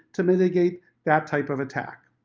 to mitigate that type of attack.